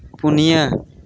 ᱯᱩᱱᱭᱟᱹ